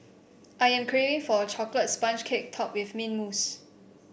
I am craving for a chocolate sponge cake topped with mint mousse